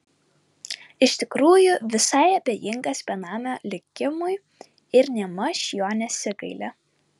iš tikrųjų visai abejingas benamio likimui ir nėmaž jo nesigaili